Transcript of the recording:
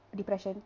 depression